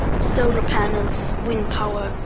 solar panels, wind power,